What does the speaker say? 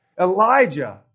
Elijah